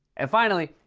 and, finally,